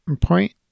point